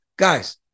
Guys